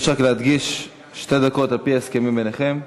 יש רק להדגיש: שתי דקות, על-פי ההסכמים ביניכם,